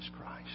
Christ